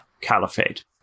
caliphate